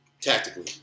tactically